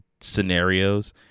scenarios